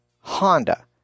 Honda